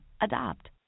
Adopt